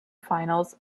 finals